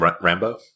Rambo